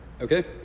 Okay